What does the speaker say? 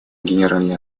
генеральной